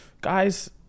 guys